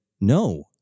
no